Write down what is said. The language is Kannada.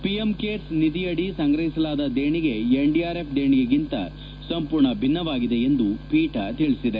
ಪಿಎಂ ಕೇರ್ ನಿಧಿಯಡಿ ಸಂಗ್ರಹಿಸಲಾದ ದೇಣಿಗೆ ಎನ್ಡಿಆರ್ಎಫ್ ದೇಣಿಗೆಗಿಂತ ಸಂಪೂರ್ಣ ಭಿನ್ನವಾಗಿದೆ ಎಂದು ಪೀಠ ತಿಳಿಸಿದೆ